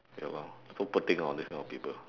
ya lor so poor thing hor this kind of people